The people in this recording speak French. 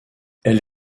elle